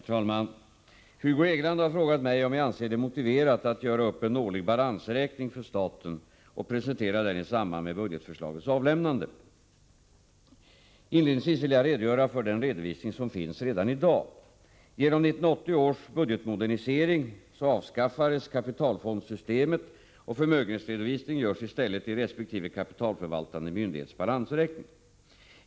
Herr talman! Hugo Hegeland har frågat mig om jag anser det motiverat att göra upp en årlig balansräkning för staten och presentera den i samband med budgetförslagets avlämnande. Inledningsvis vill jag redogöra för den redovisning som finns redan i dag. Genom 1980 års budgetmodernisering avskaffades kapitalfondssystemet, och förmögenhetsredovisningen görs i stället i resp. kapitalförvaltande myndighets balansräkning.